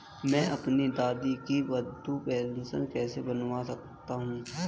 मैं अपनी दादी की वृद्ध पेंशन कैसे बनवा सकता हूँ?